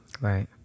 Right